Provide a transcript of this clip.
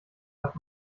hat